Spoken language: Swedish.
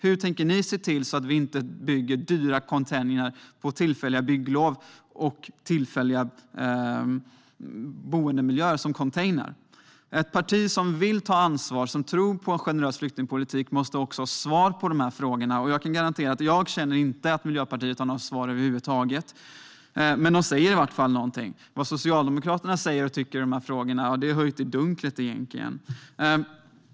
Hur tänker ni se till att vi inte bygger dyra containrar med tillfälliga bygglov? Ett parti som vill ta ansvar och som tror på en generös flyktingpolitik måste ha svar på de här frågorna. Jag känner inte att Miljöpartiet har något svar över huvud taget, men de säger i varje fall någonting. Vad Socialdemokraterna säger och tycker i de här frågorna är höljt i dunkel.